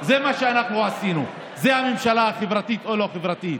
תעמדו בהסכם,